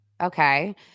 Okay